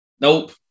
Nope